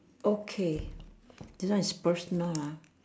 okay this one is personal ah